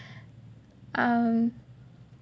um